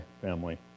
family